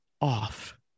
off